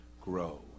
grow